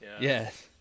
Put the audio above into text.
Yes